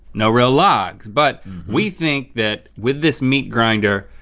no real log, but we think that with this meat grinder,